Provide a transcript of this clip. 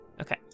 Okay